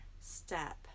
step